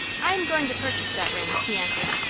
i'm going to purchase that ring, he answered,